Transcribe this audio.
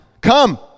come